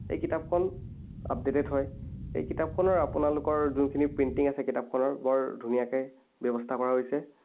এই কিতাপখন আপদেটেড হয় এই কিতাপখনৰ আপোনালোকৰ যোনখিনি প্ৰিণ্টিং আছে কিতাপখনৰ বৰ ধুনীয়াকৈ ব্যৱস্থা কৰা হৈছে